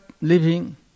living